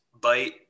bite